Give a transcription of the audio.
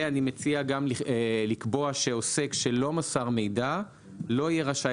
אני מציע גם לקבוע שעוסק שלא מסר מידע לא יהיה רשאי